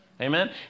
Amen